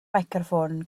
meicroffon